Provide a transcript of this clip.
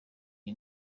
iyi